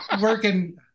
working